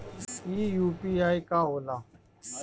ई यू.पी.आई का होला?